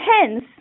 hence